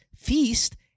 feast